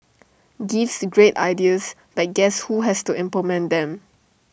gives great ideas but guess who has to implement them